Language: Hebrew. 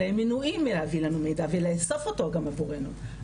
מנועים מלהביא לנו מידע ולאסוף אותו גם עבורנו.